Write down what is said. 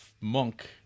monk